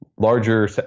larger